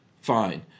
Fine